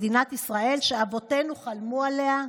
מדינת ישראל, שאבותינו חלמו עליה?